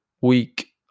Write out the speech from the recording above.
week